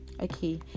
okay